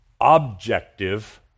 objective